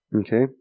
Okay